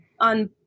on